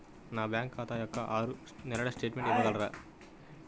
నా బ్యాంకు ఖాతా యొక్క ఆరు నెలల స్టేట్మెంట్ ఇవ్వగలరా?